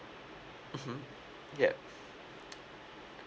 mmhmm yup